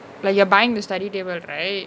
like you are buying the study table right